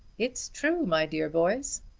it's true, my dear boys.